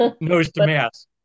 Nose-to-mask